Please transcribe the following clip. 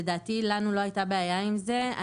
לדעתי לנו לא הייתה בעיה עם זה.